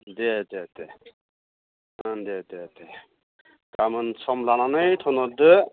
दे दे दे दे दे दे गाबोन सम लानानै थोनहरदो